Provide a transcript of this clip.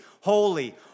holy